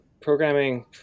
programming